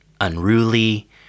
unruly